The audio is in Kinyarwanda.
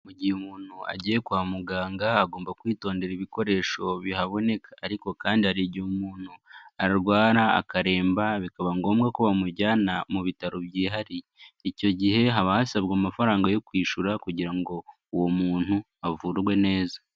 Mu gihe umuntu agiye kwa muganga agomba kwitondera ibikoresho bihaboneka ariko kandi hari igihe umuntu arwara akaremba bikaba ngombwa ko bamujyana mu bitaro byihariye, icyo gihe haba hasabwa amafaranga yo kwishyura kugira ngo uwo muntu avurwe neza.